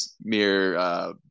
mere –